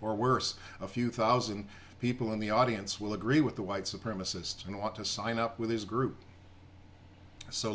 or worse a few thousand people in the audience will agree with the white supremacists and want to sign up with this group so